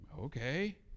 okay